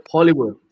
Hollywood